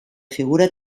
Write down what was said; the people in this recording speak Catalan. figura